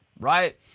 Right